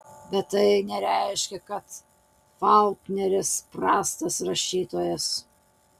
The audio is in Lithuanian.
bet tai nereiškia kad faulkneris prastas rašytojas